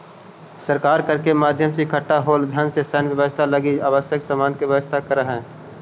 सरकार कर के माध्यम से इकट्ठा होल धन से सैन्य व्यवस्था लगी आवश्यक सामान के व्यवस्था करऽ हई